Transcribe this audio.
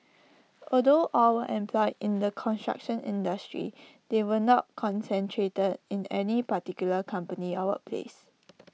although all were employed in the construction industry they were not concentrated in any particular company or workplace